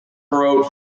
wrote